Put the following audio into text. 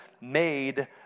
made